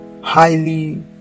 highly